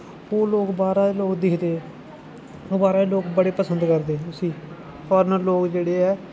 ओह् लोग बाह्रा दे लोक दिक्खदे बाह्रा दे लोक बड़े पसंद करदे उस्सी फोर्नर लोक जेह्ड़े ऐ